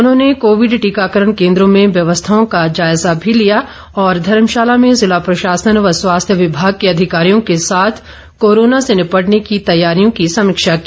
उन्होंने कोविड टीकाकरण केंद्रों में व्यवस्थाओं को जायजा भी लिया और धर्मशाला में जिला प्रशासन और स्वास्थ्य विभाग के अधिकारियों के साथ कोरोना से निपटने की तैयारियों की समीक्षा की